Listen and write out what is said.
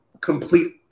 complete